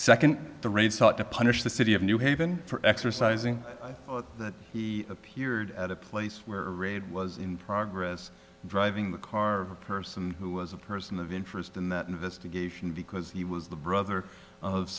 second the rain sought to punish the city of new haven for exercising that he appeared at a place where a raid was in progress driving the car a person who was a person of interest in that investigation because he was the brother of